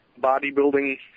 bodybuilding